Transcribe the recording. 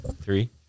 Three